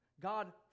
God